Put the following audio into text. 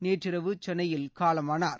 நேற்றிரவு சென்னையில் காலமானார்